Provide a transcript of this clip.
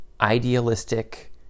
idealistic